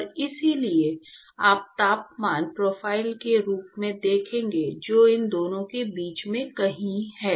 और इसलिए आप तापमान प्रोफ़ाइल के रूप में देखेंगे जो इन दोनों के बीच में कहीं है